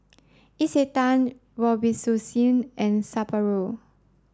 Isetan Robitussin and Sapporo